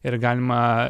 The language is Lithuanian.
ir galima